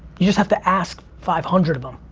you just have to ask five hundred of them.